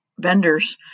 vendors